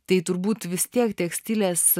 tai turbūt vis tiek tekstilės